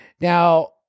Now